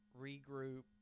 regroup